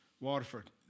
Waterford